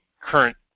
current